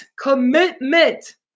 Commitment